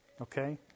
Okay